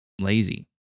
lazy